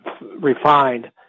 refined